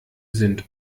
sind